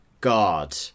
God